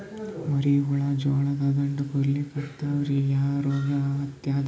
ಮರಿ ಹುಳ ಜೋಳದ ದಂಟ ಕೊರಿಲಿಕತ್ತಾವ ರೀ ಯಾ ರೋಗ ಹತ್ಯಾದ?